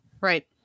Right